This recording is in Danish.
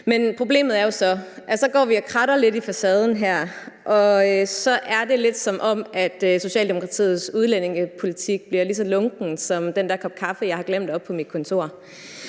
problemet er jo, at når vi så kratter lidt i facaden her, så er det lidt, som om Socialdemokratiets udlændingepolitik bliver lige så lunken som den der kop kaffe, jeg har glemt oppe på mit kontor.